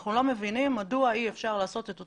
אנחנו לא מבינים מדוע אי אפשר לעשות אותו